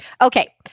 Okay